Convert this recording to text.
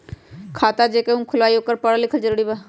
खाता जे केहु खुलवाई ओकरा परल लिखल जरूरी वा?